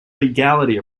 legality